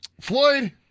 Floyd